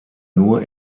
nur